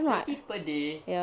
thirty per day